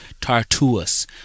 Tartarus